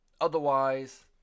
otherwise